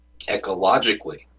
ecologically